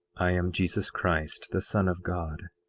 i am jesus christ the son of god.